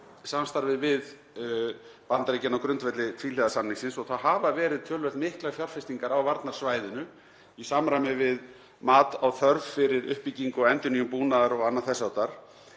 samstarfið við Bandaríkin á grundvelli tvíhliða samningsins og þá hafa verið töluvert miklar fjárfestingar á varnarsvæðinu í samræmi við mat á þörf fyrir uppbyggingu og endurnýjun búnaðar og annað þess háttar.